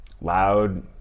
loud